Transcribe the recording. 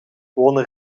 wonen